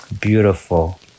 Beautiful